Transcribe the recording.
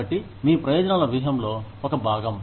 కాబట్టి మీ ప్రయోజనాల వ్యూహంలో ఒక భాగం